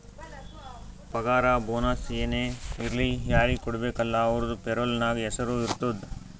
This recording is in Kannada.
ಪಗಾರ ಬೋನಸ್ ಏನೇ ಇರ್ಲಿ ಯಾರಿಗ ಕೊಡ್ಬೇಕ ಅಲ್ಲಾ ಅವ್ರದು ಪೇರೋಲ್ ನಾಗ್ ಹೆಸುರ್ ಇರ್ತುದ್